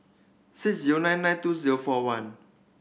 six zero nine nine two zero four one